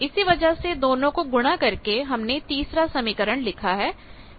इसी वजह से दोनों को गुणा करके हमने तीसरा समीकरण लिखा है